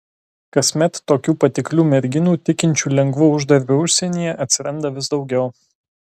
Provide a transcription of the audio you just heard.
kasmet tokių patiklių merginų tikinčių lengvu uždarbiu užsienyje atsiranda vis daugiau